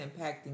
impacting